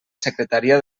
secretaria